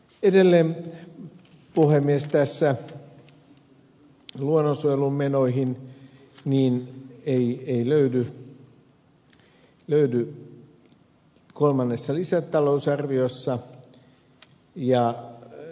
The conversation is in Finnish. edelleen puhemies luonnonsuojelumenoihin ei löydy tässä kolmannessa lisätalousarviossa lisärahoja